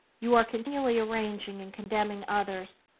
you are continually arraigning and condemning others,